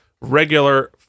regular